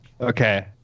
Okay